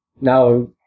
Now